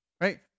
Right